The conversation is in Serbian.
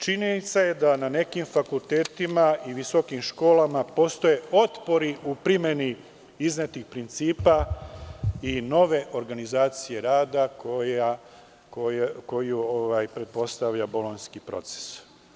Činjenica je da na nekim fakultetima i visokim školama postoje otpori u primeni iznetih principa i nove organizacije rada koju pretpostavlja bolonjski proces.